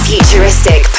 Futuristic